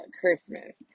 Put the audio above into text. Christmas